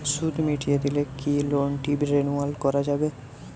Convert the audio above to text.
সুদ মিটিয়ে দিলে কি লোনটি রেনুয়াল করাযাবে?